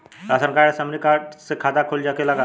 Ration card या श्रमिक card से खाता खुल सकेला का?